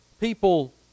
people